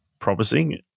promising